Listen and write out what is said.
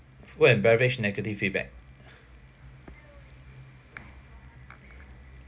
food and beverage negative feedback